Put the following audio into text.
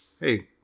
hey